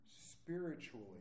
spiritually